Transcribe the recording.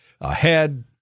ahead